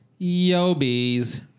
Yobies